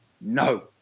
no